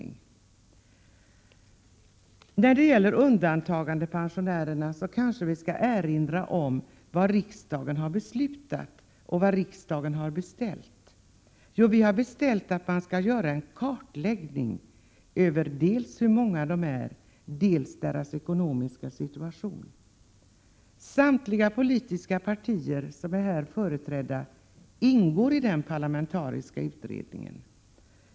När det gäller undantagandepensionärerna skall vi kanske erinra om vad riksdagen har beslutat och vad riksdagen har beställt. Vi har beställt att man skall göra en kartläggning av dels hur många personer det är fråga om, dels personernas ekonomiska situation. Samtliga politiska partier som är företrädda här ingår i den parlamentariska utredningen.